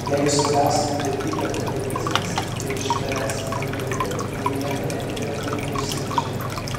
jeigu svarbiausia jų vertybė patriotizmas tai iš ts lkd jie nieko neatėmė ir neišsinešė